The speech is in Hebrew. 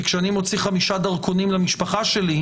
כי כשאני מוציא חמישה דרכונים למשפחה שלי,